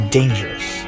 dangerous